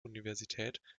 universität